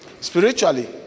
Spiritually